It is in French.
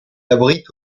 abrite